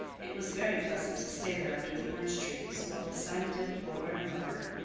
it was very pleasant to stay there under the orange trees, while the sun dipped lower and lower,